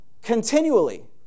Continually